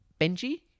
Benji